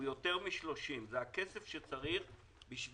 הוא יותר מ-30 מיליון שקל זה הכסף שצריך בשביל